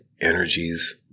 energies